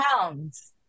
pounds